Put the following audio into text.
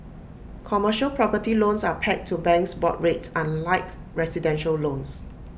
commercial property loans are pegged to banks board rates unlike residential loans